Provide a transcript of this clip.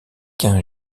qu’un